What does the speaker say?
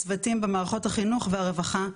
צוותים במערכות החינוך והרווחה.